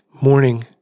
morning